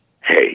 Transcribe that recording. hey